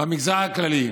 במגזר הכללי?